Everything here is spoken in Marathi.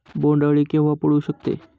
बोंड अळी केव्हा पडू शकते?